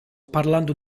parlando